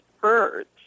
birds